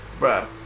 Bruh